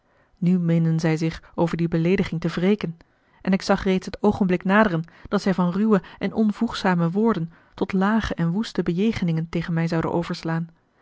nu meenden zij zich over die beleediging te wreken en ik zag reeds het oogenblik naderen dat zij van ruwe en onvoegzame woorden tot lage en woeste bejegeningen tegen mij zouden overslaan